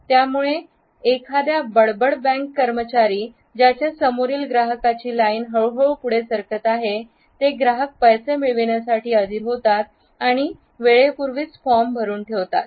त्यामुळे एखाद्या बडबड बँक कर्मचारी ज्याच्या समोरील ग्राहकांची लाईन हळूहळू पुढे सरकत आहे ते ग्राहक पैसे मिळविण्यासाठी आधिर होतात आणि वेळेपूर्वीच फॉर्म भरून ठेवतात